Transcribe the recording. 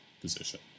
position